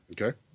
okay